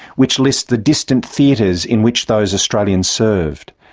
which list the distant theatres in which those australians served,